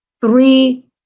three